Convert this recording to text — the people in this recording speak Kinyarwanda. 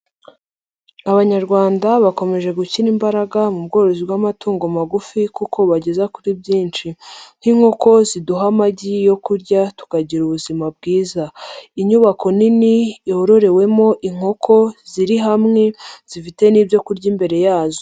Abanyarwanda bakomeje gushyira imbaraga mu bworozi bw'amatungo magufi kuko bubageza kuri byinshi, nk'inkoko ziduha amagi yo kurya tukagira ubuzima bwiza. Inyubako nini yororewemo inkoko ziri hamwe zifite n'ibyo kurya imbere yazo.